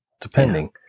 depending